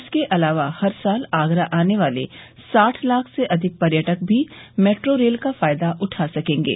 इसके अलावा हर साल आगरा आने वाले साठ लाख से अधिक पर्यटक भी मेट्रो रेल का फायदा उठा सकेंगे